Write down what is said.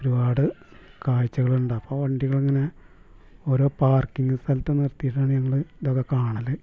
ഒരുപാട് കാഴ്ചകളുണ്ട് അപ്പോൾ വണ്ടികൾ ഇങ്ങനെ ഓരോ പാർക്കിങ് സ്ഥലത്ത് നിർത്തിയിട്ടാണ് ഞങ്ങൾ ഇതൊക്കെ കാണൽ